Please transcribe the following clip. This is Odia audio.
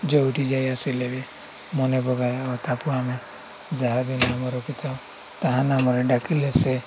ଯେଉଁଠି ଯାଇ ଆସିଲେ ବି ମନେ ପଗାଏ ଆଉ ତାକୁ ଆମେ ଯାହା ବି ନାମ ରଖିଥାଉ ତାହା ନାମରେ ଡାକିଲେ ସେ